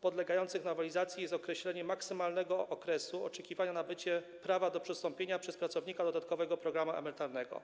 podlegających nowelizacji jest określenie maksymalnego okresu oczekiwania na nabycie prawa do przystąpienia przez pracownika do dodatkowego programu emerytalnego.